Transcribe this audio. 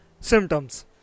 symptoms